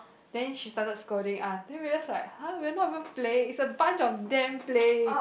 then she started scolding us then we just like !huh! we're not even playing it's a bunch of them playing